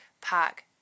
park